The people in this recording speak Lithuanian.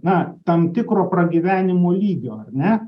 na tam tikro pragyvenimo lygio ar ne